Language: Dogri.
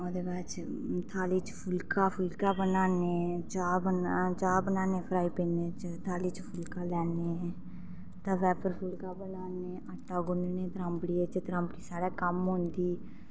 ओह्दे बाद थालियै च फुल्का फुल्का बनान्ने चाह् बनान्ने फ्राई पैनै च थाली च फुल्का लैने तवै पर फुल्का बनान्ने् आटा गुन्नने त्रांबड़िया च त्रांबड़ी साढ़ै कम्म आंदी